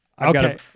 Okay